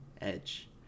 Edge